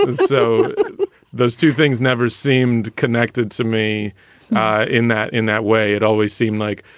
so those two things never seemed connected to me in that in that way, it always seemed like,